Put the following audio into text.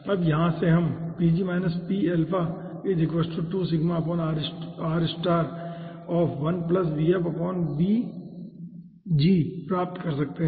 अब यहाँ से हम प्राप्त कर सकते हैं